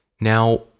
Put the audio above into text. now